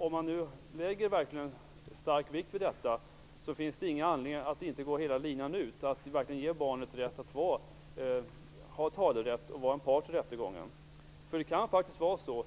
Om man lägger stark vikt vid detta finns det inte någon anledning att inte gå hela linan ut och verkligen ge barnet talerätt och rätt att vara part i rättegången. Det kan faktiskt vara så